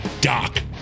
Doc